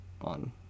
on